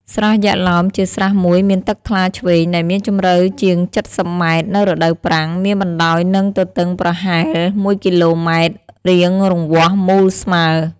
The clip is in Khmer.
ស្រះយក្ខឡោម ជាស្រះមួយមានទឹកថ្លាឈ្វេង ដែលមានជម្រៅជាង ៧០ ម. នៅរដូវប្រាំង, មានបណ្ដោយ និង ទទឹងប្រហែល ១ គ.ម. រាងរង្វះមូលស្មើ ។